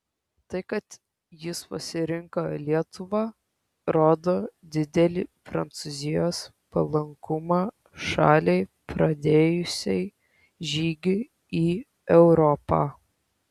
tai kad jis pasirinko lietuvą rodo didelį prancūzijos palankumą šaliai pradėjusiai žygį į europą